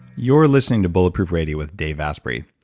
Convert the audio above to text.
you're listening to bulletproof radio with dave asprey.